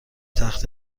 تخت